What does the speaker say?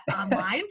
online